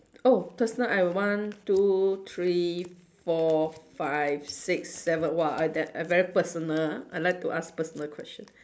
oh personal I one two three four five six seven !wah! I tha~ I very personal ah I like to ask personal question